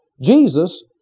Jesus